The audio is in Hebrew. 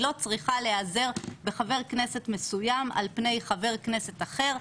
היא לא צריכה להיעזר בחבר כנסת מסוים על פני חבר כנסת אחר,